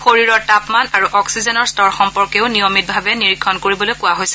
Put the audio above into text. শৰীৰৰ তাপমান আৰু অক্সিজেনৰ স্তৰ সম্পৰ্কেও নিয়মিতভাৱে নিৰীক্ষণ কৰিবলৈ কোৱা হৈছে